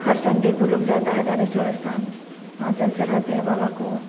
हर Sunday के लोग जाता है धनेश्वर स्थान वहाँ जल चढ़ाते हैं बाबा को